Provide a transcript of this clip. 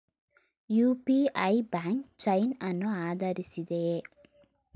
UPI blockchain ಅನ್ನು ಆಧರಿಸಿದೆಯೇ?